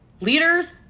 Leaders